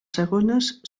segones